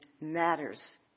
matters